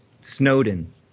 Snowden